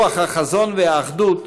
רוח החזון והאחדות,